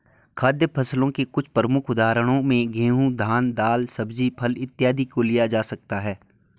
खाद्य फसलों के कुछ प्रमुख उदाहरणों में गेहूं, धान, दाल, सब्जी, फल इत्यादि को लिया जा सकता है